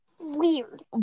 Weird